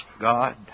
God